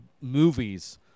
movies